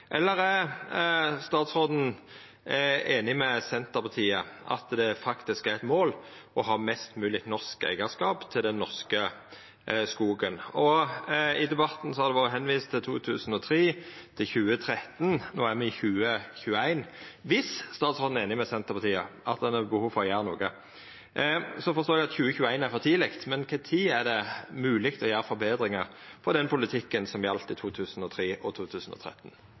eller er statsråden einig med Senterpartiet i at det er eit mål å ha mest mogleg norsk eigarskap av den norske skogen? I debatten har det vore vist til 2003 og 2013, og no er me i 2021. Viss statsråden er einig med Senterpartiet i at det behov for å gjera noko, så forstår eg at 2021 er for tidleg, men kva tid er det mogleg å gjera forbetringar av den politikken som gjaldt i 2003 og 2013?